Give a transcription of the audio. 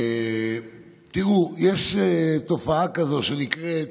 תראו, ישנה תופעה כזו שנקראת